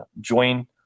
join